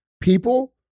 people